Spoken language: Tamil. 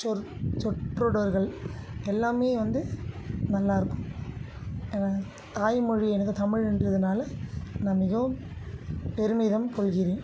சொற் சொற்றொடர்கள் எல்லாமே வந்து நல்லா இருக்கும் தாய்மொழி எனது தமிழுன்றதுனால் நான் மிகவும் பெருமிதம் கொள்கின்றேன்